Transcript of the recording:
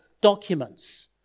documents